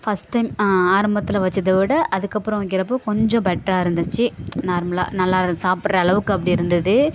first time ஆரம்பத்தில் வைச்சத விட அதுக்கப்புறம் வைக்கிறப்போது கொஞ்சம் பெட்டராக இருந்துச்சு நார்மலாக நல்லா சாப்பிட்ற அளவுக்கு அப்படி இருந்தது